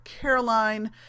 Caroline